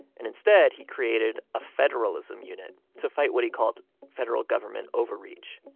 and instead, he created a federalism unit to fight what he called federal government overreach.